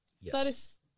Yes